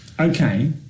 Okay